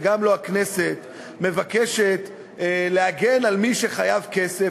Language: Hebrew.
וגם הכנסת לא מבקשת להגן על מי שחייב כסף